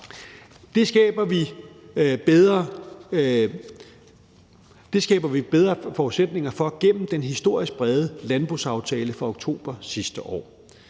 Det skaber vi bedre forudsætninger for gennem den historisk brede landbrugsaftale fra oktober sidste år.